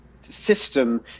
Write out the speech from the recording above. system